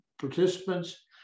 participants